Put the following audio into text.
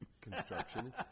construction